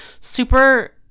super